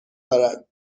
دارد